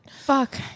Fuck